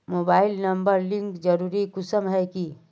Mobile number link जरुरी कुंसम है की?